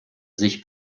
sich